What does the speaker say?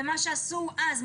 זה מה שעשו אז,